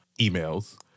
emails